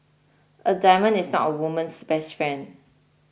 a diamond is not a woman's best friend